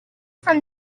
from